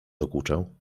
dokuczał